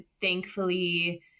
Thankfully